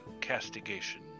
castigation